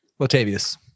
Latavius